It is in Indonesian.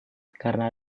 karena